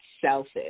selfish